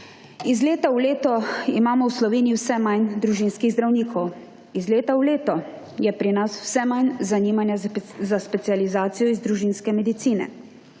Iz leta v leto imamo v Sloveniji vse manj družinskih zdravnikov. Iz leta v leto je pri nas vse manj zanimanja za specializacijo iz družinske medicine.